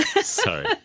Sorry